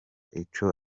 ico